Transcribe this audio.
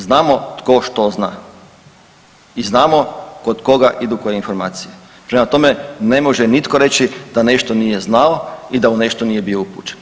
Znamo tko što zna i znamo kod koga idu … informacije, prema tome ne može nitko reći da nešto nije znao i da u nešto nije bio upućen.